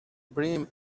brim